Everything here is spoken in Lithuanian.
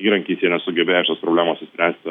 įrankiais jie nesugebėjo šitos problemos išspręsti